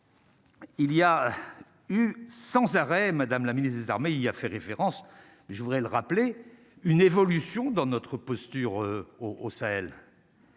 Il y a eu sans arrêt, madame la ministre des armées, il y a fait référence, mais je voudrais le rappeler une évolution dans notre posture au au Sahel.